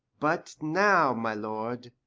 but now, my lord,